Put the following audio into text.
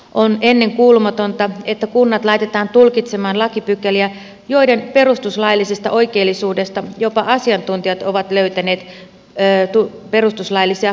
on ennenkuulumatonta että kunnat laitetaan tulkitsemaan lakipykäliä joiden perustuslaillisesta oikeellisuudesta jopa asiantuntijat ovat löytäneet perustuslaillisia tulkintavaikeuksia